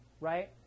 right